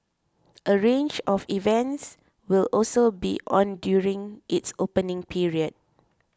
a range of events will also be on during its opening period